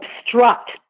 obstruct